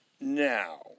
now